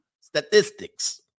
statistics